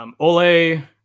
Ole